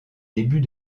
début